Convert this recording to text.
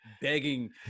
begging